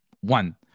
One